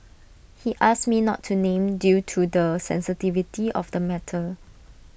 he asked me not to named due to the sensitivity of the matter